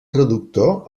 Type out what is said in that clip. traductor